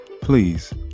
please